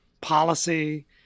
policy